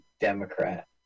Democrat